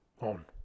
on